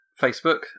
Facebook